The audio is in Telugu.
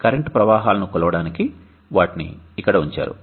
కరెంట్ ప్రవాహాలను కొలవడానికి వాటిని ఇక్కడ ఉంచారు